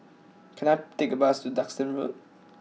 can I take a bus to Duxton Road